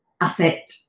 Asset